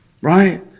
Right